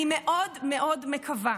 אני מאוד מאוד מקווה